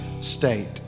state